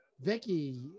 vicky